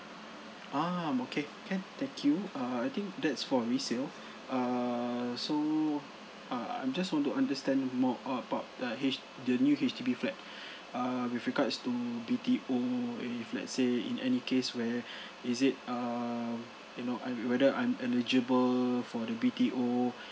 um okay can thank you err I think that's for resale err so uh I'm just want to understand more about uh H the new H_D_B flat err with regards to B_T_O if let's say in any case where is it err you know I'm where whether I'm eligible for the B_T_O